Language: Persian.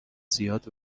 زیاد